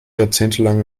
jahrzehntelang